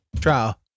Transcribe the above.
trial